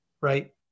right